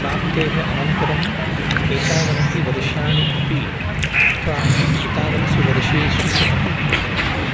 प्राप्तेः अनन्तरम् एतावन्ति वर्षाणि अपि अथवा एतावत्सु वर्षेषु अपि